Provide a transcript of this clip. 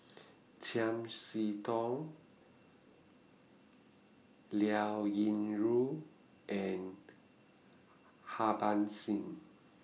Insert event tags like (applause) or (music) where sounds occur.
(noise) Chiam See Tong Liao Yingru and Harbans Singh